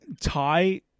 tie